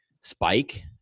spike